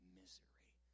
misery